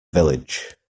village